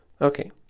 Okay